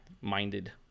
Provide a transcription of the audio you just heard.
minded